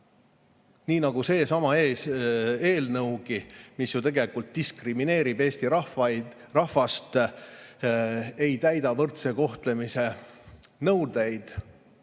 Nii nagu seesama eelnõugi, mis ju tegelikult diskrimineerib eesti rahvast, ei täida võrdse kohtlemise nõudeid.